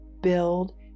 build